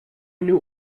new